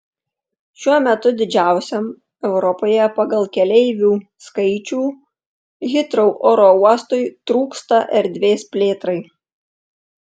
šiuo metu didžiausiam europoje pagal keleivių skaičių hitrou oro uostui trūksta erdvės plėtrai